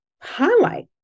highlight